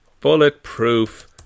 Bulletproof